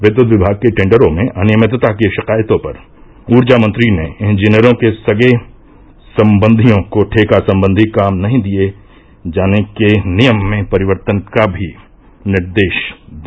विद्युत विभाग के टेंडरों में अनियमितता की शिकायतों पर ऊर्जा मंत्री ने इंजीनियरों के सगे संबंधियों को ठेका संबंधी काम नहीं देने के लिये नियम में परिवर्तन का भी निर्देश दिया